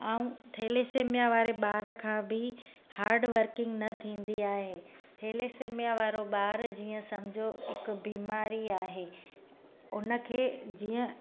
ऐं थेलेसेमिया वारे ॿार खां बि हार्ड वर्किंग न थींदी आहे थेलेसेमिया वारो ॿारु जीअं सम्झो हिकु बीमारी आहे उनखे जीअं